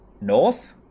North